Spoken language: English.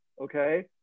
okay